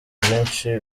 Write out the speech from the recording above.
byinshi